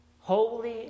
Holy